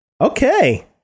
Okay